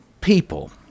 people